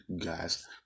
guys